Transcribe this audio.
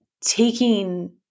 taking